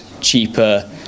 cheaper